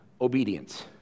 obedience